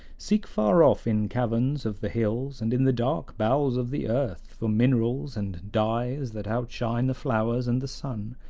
seek far off in caverns of the hills and in the dark bowels of the earth for minerals and dyes that outshine the flowers and the sun,